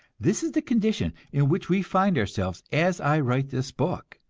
this is the condition in which we find ourselves as i write this book.